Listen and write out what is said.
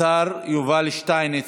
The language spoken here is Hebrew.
השר יובל שטייניץ,